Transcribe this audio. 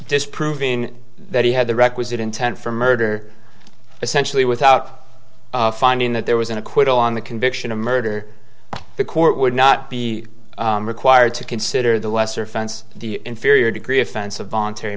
just proving that he had the requisite intent for murder essentially without finding that there was an acquittal on the conviction of murder the court would not be required to consider the lesser offense the inferior degree offense of voluntary